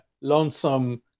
lonesome